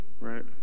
right